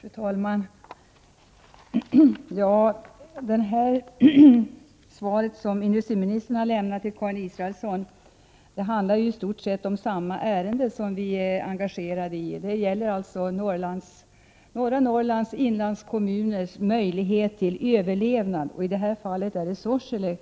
Fru talman! När det gäller industriministerns svar till Karin Israelsson handlar det ju i stort sett om samma ärende — det gäller alltså norra Norrlands inlandskommuners möjlighet till överlevnad. I det här fallet är det fråga om Sorsele